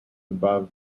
above